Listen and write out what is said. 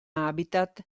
habitat